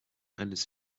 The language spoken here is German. eines